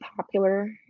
popular